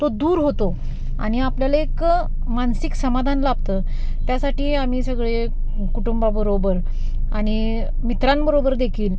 तो दूर होतो आणि आपल्याला एक मानसिक समाधान लाभतं त्यासाठी आम्ही सगळे कुटुंबाबरोबर आणि मित्रांबरोबर देखील